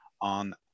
on